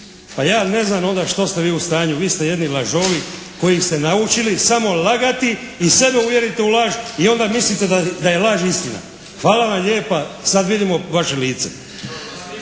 Pa ja ne znam onda što ste vi u stanju. Vi ste jedni lažovi koji ste naučili samo lagati i sebe uvjeriti u laž i onda mislite da je laž istina. Hvala vam lijepa sad vidimo vaše lice.